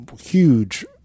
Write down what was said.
huge